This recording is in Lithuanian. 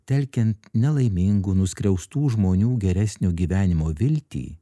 telkiant nelaimingų nuskriaustų žmonių geresnio gyvenimo viltį